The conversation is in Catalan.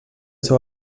seu